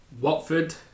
Watford